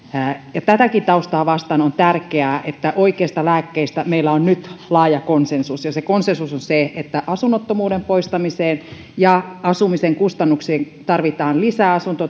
ja tätäkin taustaa vasten on tärkeää että oikeista lääkkeistä meillä on nyt laaja konsensus ja se konsensus on se että asunnottomuuden poistamiseen ja asumisen kustannuksiin tarvitaan lisää asuntotuotantoa